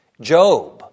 Job